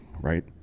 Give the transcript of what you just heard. right